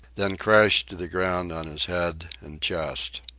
then crashed to the ground on his head and chest.